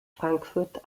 frankfurt